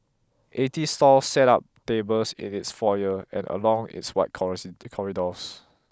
eighty stalls set up tables in its foyer and along its wide corridors